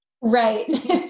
Right